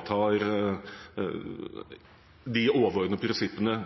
ivaretar de overordnede prinsippene